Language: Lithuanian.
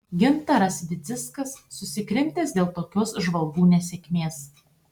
gintaras vidzickas susikrimtęs dėl tokios žvalgų nesėkmės